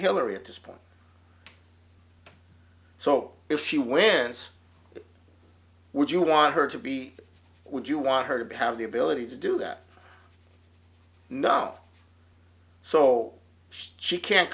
hillary at this point so if she wins would you want her to be would you want her to have the ability to do that not so she can't